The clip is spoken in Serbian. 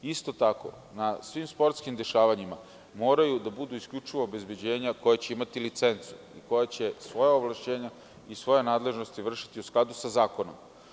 Isto tako, na svim sportskim dešavanjima moraju da budu isključivo obezbeđenja koja će imati licencu, koja će svoja ovlašćenja i svoje nadležnosti vršiti u skladu sa zakonom.